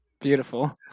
beautiful